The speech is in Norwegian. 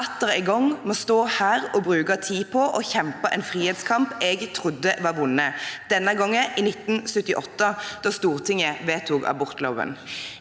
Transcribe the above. atter en gang må stå her og bruke tid på å kjempe en frihetskamp jeg trodde var vunnet – denne gangen i 1978, da Stortinget vedtok abortloven.